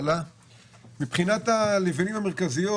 מבחינת הלבנים המרכזיות,